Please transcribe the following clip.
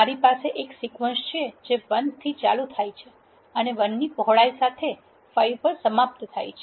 મારી પાસે એક સિકવન્સ છે જે 1 થી ચાલુ થાય છે અને 1 ની પહોળાઈ સાથે 5 પર સમાપ્ત થાય છે